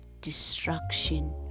destruction